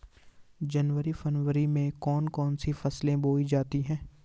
जनवरी फरवरी माह में कौन कौन सी फसलें बोई जाती हैं?